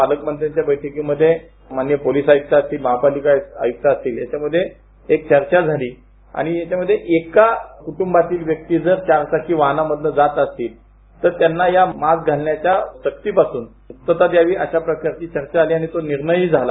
पालकमंत्र्यांच्या बैठकीमध्ये माननीय पोलिस आयुक्त असतील महापालिका आयुक्त असतील याच्यामध्ये चर्चा झाली आणि याच्यामध्ये एका कुटुंबातील व्यक्ती जर चारचाकी गाडीतून जात असतील तर त्यांना या मास्क घालण्याच्या सक्तीपासून मुक्तता द्यावी अशा प्रकारची चर्चा झाली आणि तो निर्णयही झाला